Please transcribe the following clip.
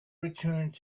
returned